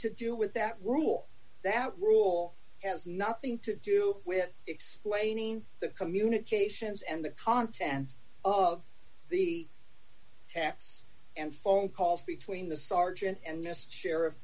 to do with that rule that rule has nothing to do with explaining the communications and the content of the taps and phone calls between the sergeant and this sheriff's